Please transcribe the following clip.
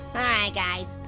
right, guys.